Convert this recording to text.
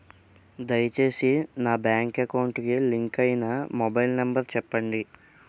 దయచేసి నా bank account కి లింక్ అయినా మొబైల్ నంబర్ చెప్పండి